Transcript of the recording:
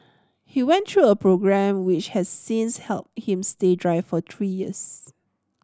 he went through a programme which has since helped him stay dry for three years